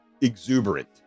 exuberant